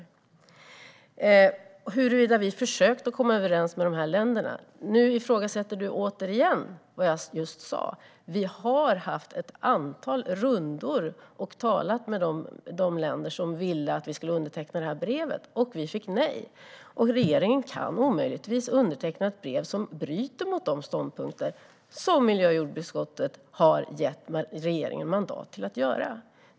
Sedan gällde det huruvida vi försökte att komma överens med dessa länder. Nu ifrågasätter du återigen vad jag just sa. Vi har haft ett antal rundor och har talat med de länder som ville att vi skulle underteckna brevet, och vi fick nej. Regeringen kan omöjligtvis underteckna ett brev som bryter mot de ståndpunkter som miljö och jordbruksutskottet har gett regeringen mandat att ha.